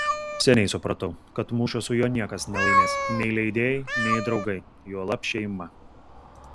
seniai supratau kad mūšio su juo niekas nelaimės nei leidėjai nei draugai juolab šeima